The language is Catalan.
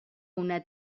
una